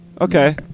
okay